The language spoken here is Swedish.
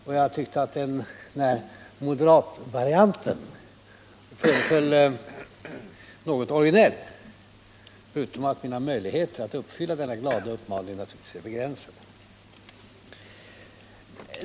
Och jag tyckte att den här moderatvarianten föreföll något originell, förutom att mina möjligheter att efterkomma den glada uppmaningen naturligtvis är begränsade.